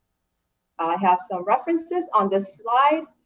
i have some references on this slide,